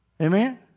Amen